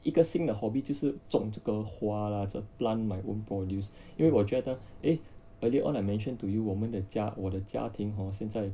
一个新的 hobby 就是种这个花啦 plant my own produce 因为我觉得 eh earlier on I mentioned to you 我们的家我的家庭 hor 现在